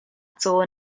caw